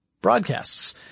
broadcasts